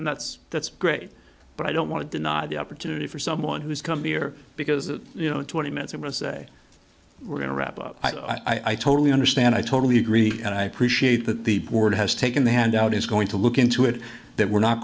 and that's that's great but i don't want to deny the opportunity for someone who's coming here because you know twenty minutes i'm going to say we're going to wrap up i totally understand i totally agree and i appreciate that the board has taken the hand out is going to look into it that we're not